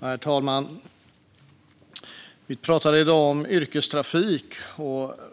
Herr talman! Vi talar i dag om yrkestrafik.